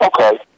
Okay